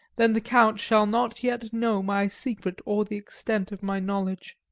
then the count shall not yet know my secret or the extent of my knowledge.